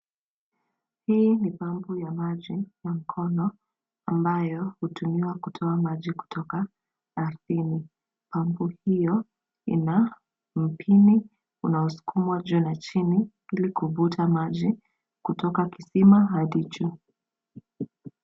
Hii ni pambu ya maji ya mkono, ambayo hutumiwa kutoa maji kutoka ardhini. Pambu hiyo ina mpini unaosukumwa juu na chini, ili kuvuta maji kutoka kisima hadi juu.